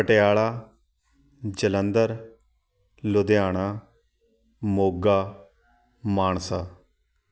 Patiala Jalandhar Ludhiana Moga Mansa